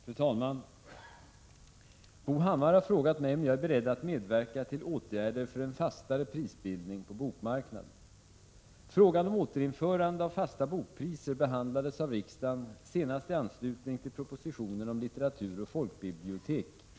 Fru talman! Bo Hammar har frågat mig om jag är beredd att medverka till åtgärder för en fastare prisbildning på bokmarknaden. Frågan om återinförande av fasta bokpriser behandlades av riksdagen senast i anslutning till propositionen om litteratur och folkbibliotek .